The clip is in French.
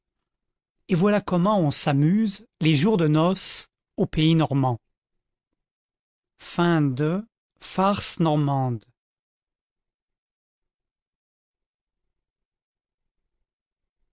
et voilà comment on s'amuse les jours de noce au pays normand